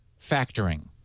factoring